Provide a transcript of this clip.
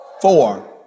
Four